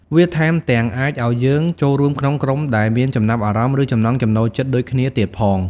វាថែមទាំងអាចឱ្យយើងចូលរួមក្នុងក្រុមដែលមានចំណាប់អារម្មណ៍ ឬចំណង់ចំណូលចិត្តដូចគ្នាទៀតផង។